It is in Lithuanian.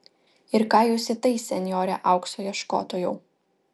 ir ką jūs į tai senjore aukso ieškotojau